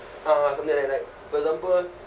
uh something like right for example